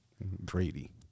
Brady